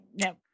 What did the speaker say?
no